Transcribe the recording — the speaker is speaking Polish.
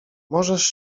możesz